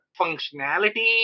functionality